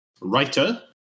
writer